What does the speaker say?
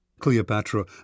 Cleopatra